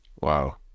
Wow